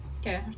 Okay